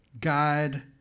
guide